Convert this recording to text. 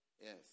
Yes